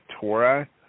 Torah